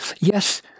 Yes